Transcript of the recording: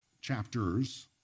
chapters